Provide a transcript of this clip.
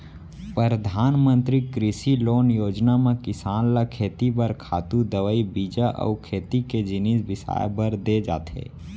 परधानमंतरी कृषि लोन योजना म किसान ल खेती बर खातू, दवई, बीजा अउ खेती के जिनिस बिसाए बर दे जाथे